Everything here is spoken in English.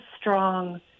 strong